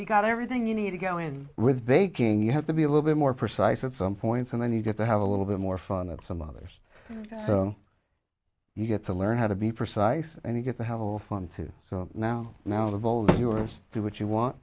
you got everything you need to go in with baking you have to be a little bit more precise at some points and then you get to have a little bit more fun and some others so you get to learn how to be precise and you get the whole fun too so now now the bowl viewers do what you want